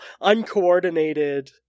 uncoordinated